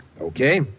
Okay